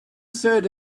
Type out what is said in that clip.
third